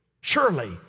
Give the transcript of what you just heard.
Surely